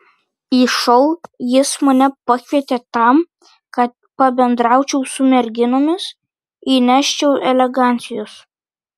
į šou jis mane pakvietė tam kad pabendraučiau su merginomis įneščiau elegancijos